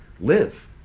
live